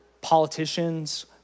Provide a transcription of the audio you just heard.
Politicians